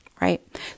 right